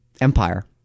Empire